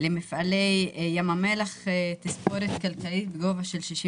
למפעלי ים המלח תספורת כלכלית בגובה של 65